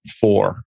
four